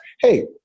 Hey